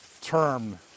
term